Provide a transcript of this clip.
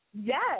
Yes